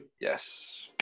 yes